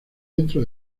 dentro